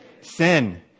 Sin